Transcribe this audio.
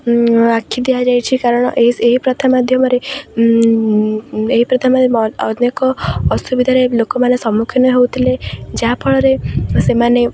ଆଖି ଦିଆଯାଇଛି କାରଣ ଏହି ପ୍ରଥା ମାଧ୍ୟମରେ ଏହି ପ୍ରଥା ମାଧ୍ୟମରେ ଅନେକ ଅସୁବିଧାର ଲୋକମାନେ ସମ୍ମୁଖୀନ ହେଉଥିଲେ ଯାହାଫଳରେ ସେମାନେ